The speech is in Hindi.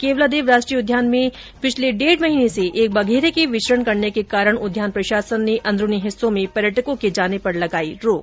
केवलादेव राष्ट्रीय उद्यान में पिछले डेढ महीने से एक बघेरे के विचरण करने के कारण उद्यान प्रशासन ने अन्दरूनी हिस्सों में पर्यटकों के जाने पर लगाई रोक